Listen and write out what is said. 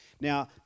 now